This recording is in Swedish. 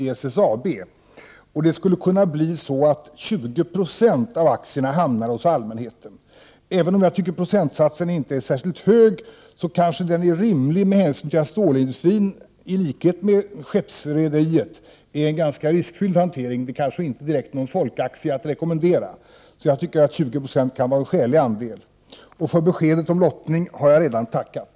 20 96 skulle kunna hamna hos allmänheten. Även om jag inte tycker att procentsatsen är särskilt hög kanske den är rimlig med hänsyn till att stålindustrin — i likhet med skeppsrederibranschen — är en ganska riskfylld hantering. Det är kanske inte någon folkaktie att rekommendera direkt. Jag tycker att 20 20 kan vara en skälig andel. För beskedet om lottning har jag redan tackat.